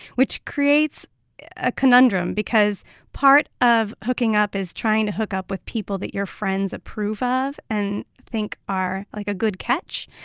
which creates a conundrum because part of hooking up is trying to hook up with people that your friends approve of and think are, like, a good catch.